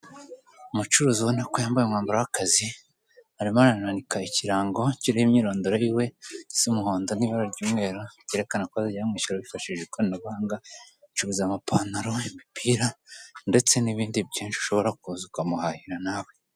Umucuruzi ubona ko yambaye umwamba w'akazi, arimo aramanika ikirango kiriho imyirondoro yiwe gisa umuhondo n'ibara ry'umweru cyerekana ko bazajya bamwishyura bifashishije ikoranabuhanga, acuruza amapantaro, imipira ndetse n'ibindi byinshi, ushobora kuza ukamuhahira nawe.